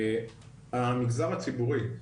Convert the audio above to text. המגזר הציבורי,